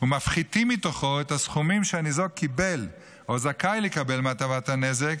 ומפחיתים מתוכו את הסכומים שהניזוק קיבל או זכאי לקבל מהטבת הנזק,